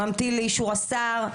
ממתין לאישור השר,